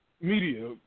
media